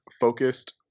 focused